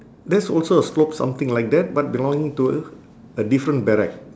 there's also a slope something like that but belonging to a a different barrack